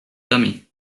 dummy